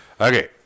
Okay